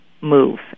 move